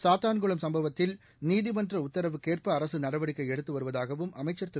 சாத்தான்குளம் சம்பவத்தில் நீதிமன்ற உத்தரவுக்கேற்ப அரசு நடவடிக்கை எடுத்து வருவதாகவும் அமைச்சர் திரு